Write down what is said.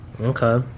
okay